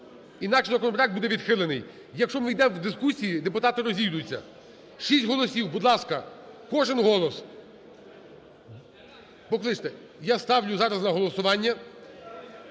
інакше законопроект буде відхилений. Якщо ми дійдем до дискусії, депутати розійдуться. Шість голосів. Будь ласка, кожен голос. Я ставлю зараз на голосування.